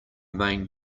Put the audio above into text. main